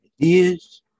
ideas